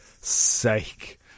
sake